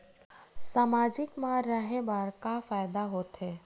सामाजिक मा रहे बार का फ़ायदा होथे?